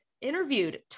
interviewed